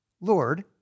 Lord